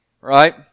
Right